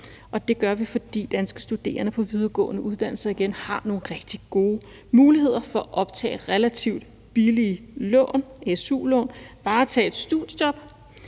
som sagt, fordi danske studerende på videregående uddannelser har nogle rigtig gode muligheder for at optage relativt billige su-lån, varetage et studiejob